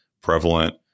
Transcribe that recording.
prevalent